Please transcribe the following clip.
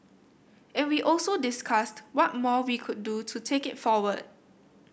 and we also discussed what more we could do to take it forward